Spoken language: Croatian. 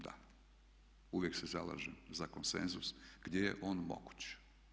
Da, uvijek se zalažem za konsenzus gdje je on moguć.